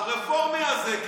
הרפורמי הזה,